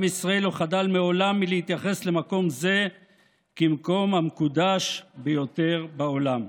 עם ישראל לא חדל מעולם מלהתייחס למקום זה כאל מקום המקודש ביותר בעולם.